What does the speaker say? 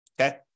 okay